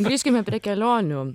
grįžkime prie kelionių